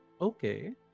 okay